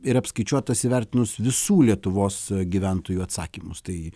ir apskaičiuotas įvertinus visų lietuvos gyventojų atsakymus tai